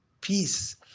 peace